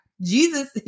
Jesus